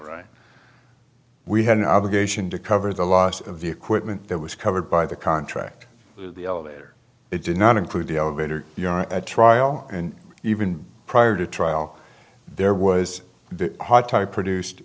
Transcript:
we had an obligation to cover the loss of the equipment that was covered by the contract the elevator it did not include the elevator a trial and even prior to trial there was the hot type produced